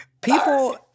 people